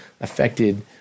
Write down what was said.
affected